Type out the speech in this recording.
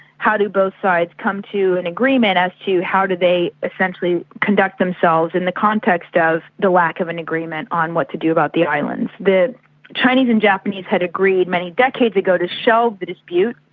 how do both sides come to an agreement as to how do they essentially conduct themselves in the context ah of the lack of an agreement on what to do about the islands. the chinese and japanese had agreed many decades ago to shelve the dispute.